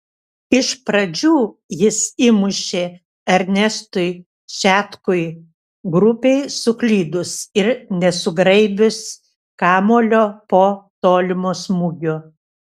iš pradžių jis įmušė ernestui šetkui grubiai suklydus ir nesugraibius kamuolio po tolimo smūgio